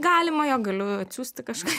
galima jo galiu atsiųsti kažką